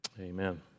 amen